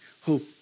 hope